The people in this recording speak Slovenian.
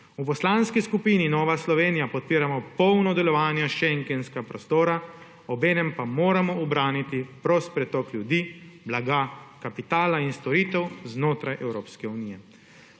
V Poslanski skupini Nove Slovenije podpiramo polno delovanje šengenskega prostora, obenem pa moramo ubraniti prost pretok ljudi, blaga, kapitala in storitev znotraj Evropske unije.